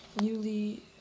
newly